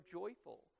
joyful